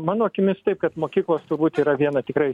mano akimis taip kad mokyklos turbūt yra viena tikrai